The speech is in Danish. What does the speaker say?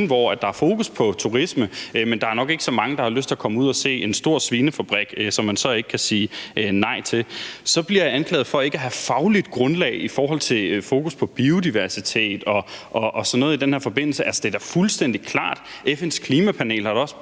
hvor der er fokus på turisme, men nok ikke er så mange, der har lyst til at komme ud og se en svinefabrik, som man så ikke kan sige nej til. Så bliver jeg anklaget for ikke at have et fagligt grundlag i forhold til fokus på biodiversitet og sådan noget i den her forbindelse. Altså, det er da fuldstændig klart, og det har FN's klimapanel også